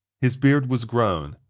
his beard was grown,